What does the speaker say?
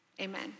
amen